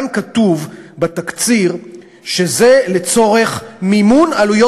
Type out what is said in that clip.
כאן כתוב בתקציר שזה לצורך מימון עלויות